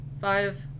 five